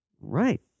right